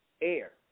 air